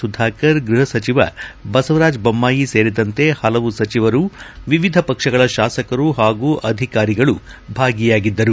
ಸುಧಾಕರ್ ಗೃಪ ಸಚಿವ ಬಸವರಾಜ ಬೊಮ್ನಾಯಿ ಸೇರಿದಂತೆ ಹಲವು ಸಚಿವರು ವಿವಿಧ ಪಕ್ಷಗಳ ಶಾಸಕರು ಹಾಗೂ ಅಧಿಕಾರಿಗಳು ಭಾಗಿಯಾಗಿದ್ದರು